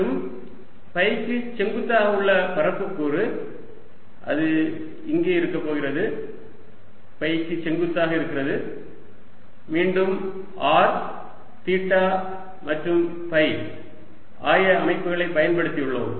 மற்றும் ஃபைக்கு செங்குத்தாக உள்ள பரப்பு கூறு அது இங்கே இருக்கப் போகிறது ஃபைக்கு செங்குத்தாக இருக்கிறது மீண்டும் r தீட்டா மற்றும் ஃபை ஆய அமைப்புகளைப் பயன்படுத்தி உள்ளோம்